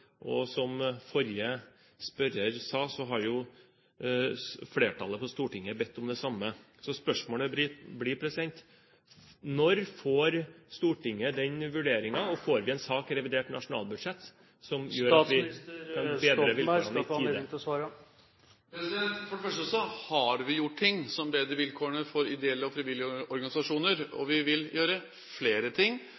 Og som forrige spørrer sa, så har jo flertallet på Stortinget bedt om det samme. Så spørsmålet blir: Når får Stortinget den vurderingen, og får vi en sak i revurdert nasjonalbudsjett som gjør at vi får bedret vilkårene? For det første har vi gjort ting som bedrer vilkårene for ideelle og frivillige organisasjoner, og